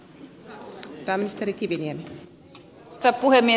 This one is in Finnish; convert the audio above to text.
arvoisa puhemies